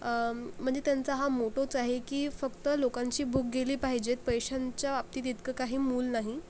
म्हणजे त्यांचा हा मोटोच आहे की फक्त लोकांची भूक गेली पाहिजेत पैश्यांच्या बाबतीत इतकं काही मोल नाही